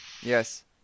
Yes